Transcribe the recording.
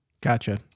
Gotcha